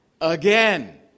again